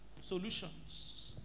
solutions